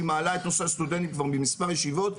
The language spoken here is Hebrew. היא מעלה את נושא הסטודנטים כבר מספר ישיבות,